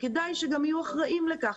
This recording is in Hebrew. וכדאי שגם יהיו אחראים לכך.